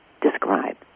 describe